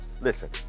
Listen